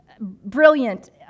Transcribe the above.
brilliant